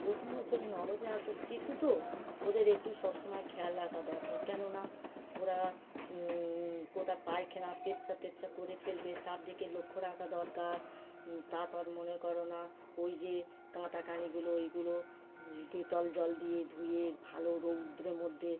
প্রথম বছরে নবজাত শিশু তো ওদের একটু সব সময় খেয়াল রাখা দরকার কেননা ওরা কোথায় পায়খানা পেচ্ছাপ টেচ্ছাপ করে ফেলবে তার দিকে লক্ষ্য রাখা দরকার তারপর মনে করো না ওই যে কাঁটা কান এগুলো ওইগুলো ডেটল জল দিয়ে ধুয়ে ভালো রৌদ্রের মধ্যে